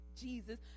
Jesus